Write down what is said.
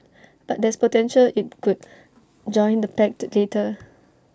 but there's potential IT could join the pact later